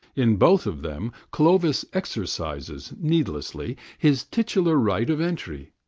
in both of them clovis exercises, needlessly, his titular right of entry,